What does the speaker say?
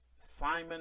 Simon